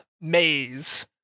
maze